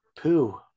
Pooh